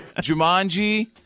Jumanji